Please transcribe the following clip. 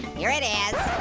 here it is.